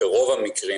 ברוב המקרים,